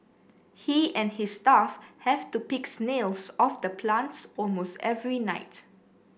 he and his staff have to pick snails off the plants almost every night